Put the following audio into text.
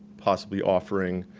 possibly offering